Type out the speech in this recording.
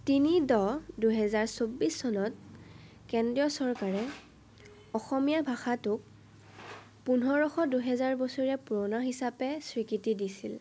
তিনি দহ দুহেজাৰ চৌব্বিছ চনত কেন্দ্ৰীয় চৰকাৰে অসমীয়া ভাষাটোক পোন্ধৰশ দুহেজাৰ বছৰীয়া পুৰণা হিচাপে স্বীকৃতি দিছিল